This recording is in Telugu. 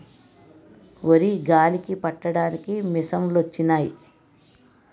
వరి గాలికి పట్టడానికి మిసంలొచ్చినయి